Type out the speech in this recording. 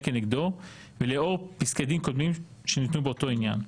כנגדו ולאור פסקי דין קודמים שניתנו באותו עניין.